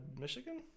Michigan